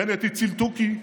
בנט הציל תוכי.